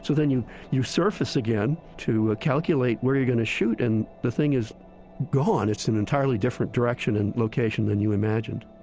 then you you surface again to calculate where you're going to shoot and the thing is gone. it's an entirely different direction and location than you imagined